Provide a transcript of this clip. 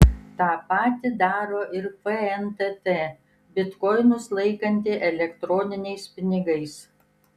tą patį daro ir fntt bitkoinus laikanti elektroniniais pinigais